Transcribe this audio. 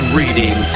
reading